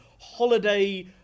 holiday